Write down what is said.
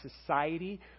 society